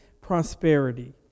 prosperity